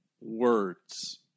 words